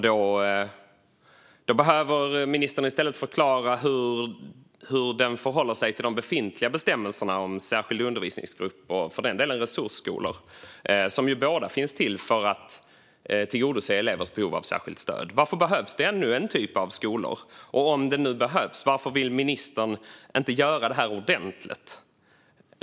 Då behöver ministern i stället förklara hur det förhåller sig till de befintliga bestämmelserna om särskild undervisningsgrupp och för den delen resursskolor, som ju båda finns till för att tillgodose elevers behov av särskilt stöd. Varför behövs det ännu en typ av skolor? Och om det nu behövs, varför vill ministern inte göra det här ordentligt?